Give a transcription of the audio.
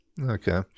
Okay